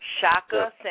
Shaka